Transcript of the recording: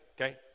Okay